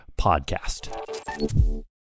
podcast